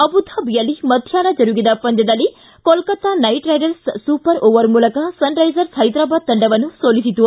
ಅಬುಧಾಬಿಯಲ್ಲಿ ಮಧ್ಯಾಷ್ನ ಜರುಗಿದ ಪಂದ್ಯದಲ್ಲಿ Kolkata Knight Riders super over ಮೂಲಕ ಸನ್ರೈಸರ್ಸ್ ಹೈದರಾಬಾದ್ ತಂಡವನ್ನು ಸೋಲಿಸಿತು